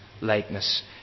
likeness